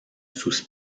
sus